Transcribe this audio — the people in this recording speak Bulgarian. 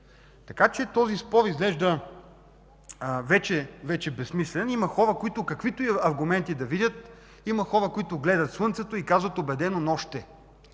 Така че този спор изглежда вече безсмислен. Има хора, които и каквито и аргументи да видят… Има хора, които гледат слънцето и казват убедено: „Нощ е.”